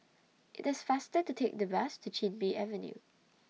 IT IS faster to Take The Bus to Chin Bee Avenue